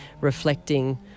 reflecting